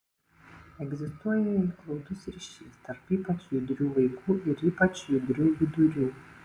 egzistuoja glaudus ryšys tarp ypač judrių vaikų ir ypač judrių vidurių